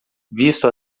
visto